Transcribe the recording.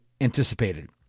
anticipated